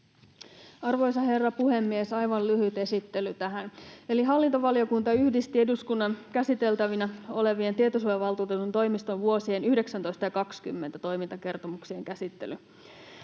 Arvoisa herra puhemies! Aivan lyhyt esittely tähän. Eli hallintovaliokunta yhdisti eduskunnan käsiteltävinä olevien Tietosuojavaltuutetun toimiston vuosien 19 ja 20 toimintakertomuksien käsittelyn.